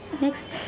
next